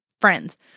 friends